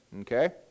okay